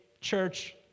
church